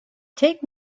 take